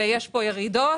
ויש פה ירידות